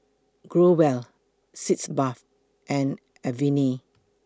Growell Sitz Bath and Avene